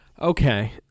Okay